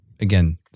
again